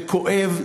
זה כואב.